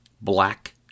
black